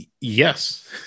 Yes